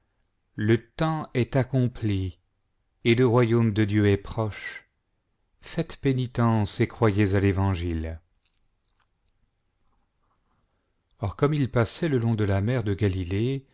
le temps est accompli et le royaume de dieu est proche faites pénitence et croyez à l'évangile or comme il passait le long de la mer de galilée